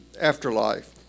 afterlife